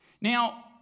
Now